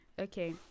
Okay